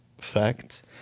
fact